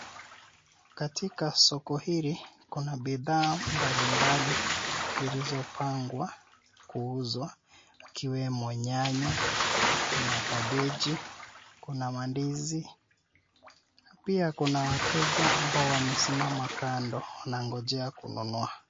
Katika soko hili kuna bidhaa mbalimbali zilizopangwa kuuzwa. Ikiwemo nyanya, kuna kabeji, mandizi. Pia kuna wateja ambao wamesimama kando wanangojea kununua.